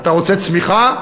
אתה רוצה צמיחה?